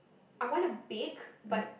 I want to bake but